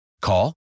Call